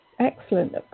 Excellent